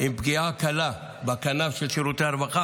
עם פגיעה קלה בכנף של שירותי הרווחה,